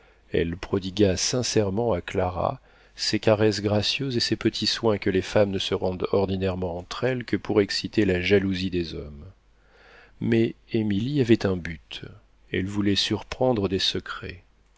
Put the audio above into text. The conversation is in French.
elle prodigua sincèrement à clara ces caresses gracieuses et ces petits soins que les femmes ne se rendent ordinairement entre elles que pour exciter la jalousie des hommes mais émilie avait un but elle voulait surprendre des secrets